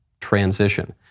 transition